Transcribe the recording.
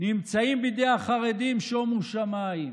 חבר הכנסת רם בן ברק, ידידי, שיהיה ברור, אני